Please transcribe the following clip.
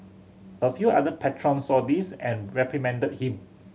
a few other patrons saw this and reprimanded him